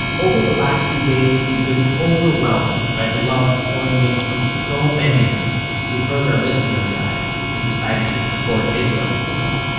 over the last few days we've been overwhelmed by the love pouring in from so many of you who heard our listener drive and decided to support israel story